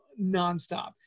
nonstop